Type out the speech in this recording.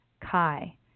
Kai